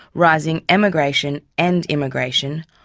rising emigration and immigration,